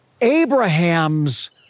Abraham's